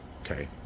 Okay